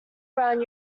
around